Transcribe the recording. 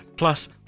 Plus